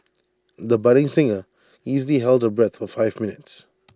the budding singer easily held her breath for five minutes